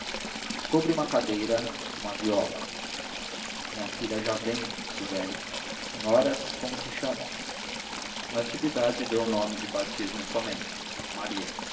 sobre uma cadeira uma viola minha filha já vem disse o velho as senhoras como se chamam natividade deu o nome de batismo somente maria